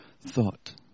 thought